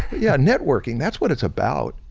yeah, networking, that's what it's about.